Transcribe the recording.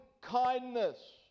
kindness